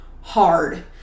hard